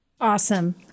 Awesome